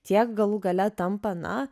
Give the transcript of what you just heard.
tiek galų gale tampa na